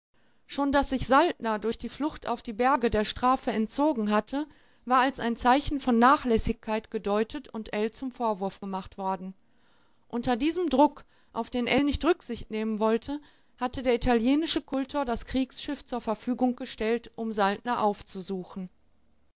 schon daß sich saltner durch die flucht auf die berge der strafe entzogen hatte war als ein zeichen von nachlässigkeit gedeutet und ell zum vorwurf gemacht worden unter diesem druck auf den ell nicht rücksicht nehmen wollte hatte der italienische kultor das kriegsschiff zur verfügung gestellt um saltner aufzusuchen